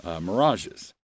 mirages